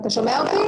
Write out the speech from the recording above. אותי?